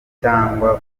cyangwa